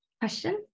question